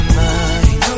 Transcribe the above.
mind